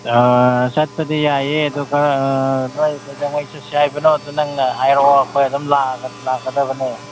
ꯑꯥ ꯆꯠꯄꯗꯤ ꯌꯥꯏꯌꯦ ꯑꯗꯨ ꯅꯣꯏ ꯀꯩꯗꯧꯉꯩ ꯆꯠꯁꯦ ꯍꯥꯏꯕꯅꯣ ꯑꯗꯨ ꯅꯪꯅ ꯍꯥꯏꯔꯛꯑꯣ ꯑꯩꯈꯣꯏ ꯑꯗꯨꯝ ꯂꯥꯛꯀꯗꯕꯅꯦ